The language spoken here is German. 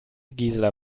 gisela